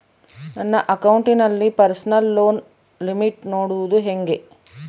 ನನ್ನ ಅಕೌಂಟಿನಲ್ಲಿ personal loan limit ನೋಡದು ಹೆಂಗೆ?